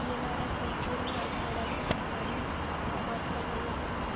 येणाऱ्या संपूर्ण आठवड्याचा सकाळी सहाचा गजर काढा